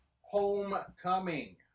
Homecoming